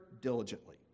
diligently